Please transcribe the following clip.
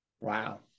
Wow